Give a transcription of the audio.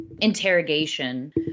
interrogation